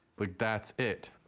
like, that's it.